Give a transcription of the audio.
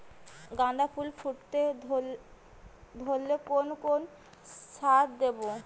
গাদা ফুল ফুটতে ধরলে কোন কোন সার দেব?